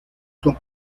son